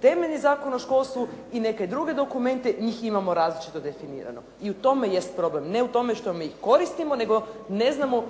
temeljni zakon o školstvu i neke druge dokumente, njih imamo različito definirano. I u tome jest problem. Ne u tome što mi koristimo, nego ne znamo